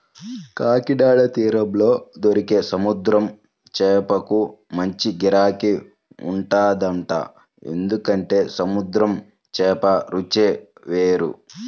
కాకినాడ తీరంలో దొరికే సముద్రం చేపలకు మంచి గిరాకీ ఉంటదంట, ఎందుకంటే సముద్రం చేపల రుచే వేరు